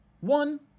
one